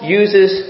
uses